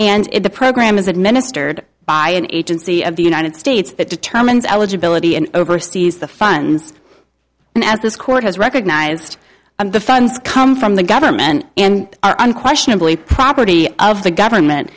it the program is administered by an agency of the united states that determines our debility and oversees the fund and as this court has recognized the funds come from the government and are unquestionably property of the government